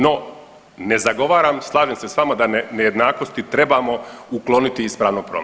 No, ne zagovaram, slažem se s vama da nejednakosti trebamo ukloniti iz pravnog prometa.